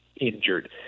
injured